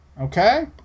Okay